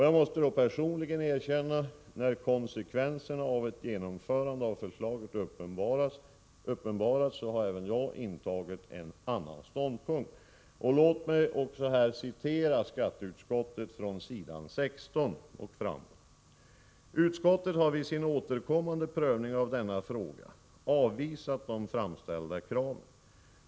Jag måste personligen erkänna att jag, när konsekvenserna av ett genomförande av reservanternas förslag har uppenbarats, har intagit en annan ståndpunkt. Låt mig citera vad som står på s. 16 i skatteutskottets betänkande nr 1: ”Utskottet har vid sin återkommande prövning av denna fråga avvisat de framställda kraven.